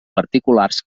particulars